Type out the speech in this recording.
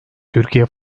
türkiye